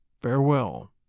Farewell